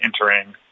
entering